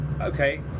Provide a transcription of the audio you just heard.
okay